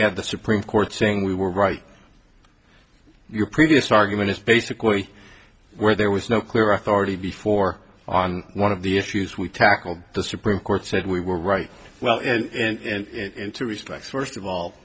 have the supreme court saying we were right your previous argument is basically where there was no clear authority before on one of the issues we tackled the supreme court said we were right well and two respects first of all